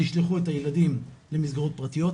זה ישלחו את הילדים למסגרות פרטיות,